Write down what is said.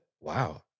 Wow